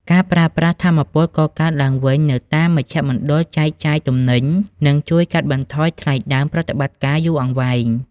ការប្រើប្រាស់ "ថាមពលកកើតឡើងវិញ" នៅតាមមជ្ឈមណ្ឌលចែកចាយទំនិញ នឹងជួយកាត់បន្ថយថ្លៃដើមប្រតិបត្តិការយូរអង្វែង។